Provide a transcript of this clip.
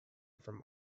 from